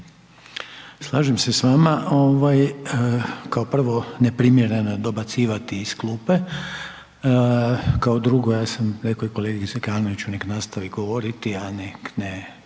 Slažem se s vama, ovaj kao prvo neprimjereno je dobacivati iz klupe, kao drugo ja sam reko i kolegi Zekanoviću nek nastaviti govoriti, a nek ne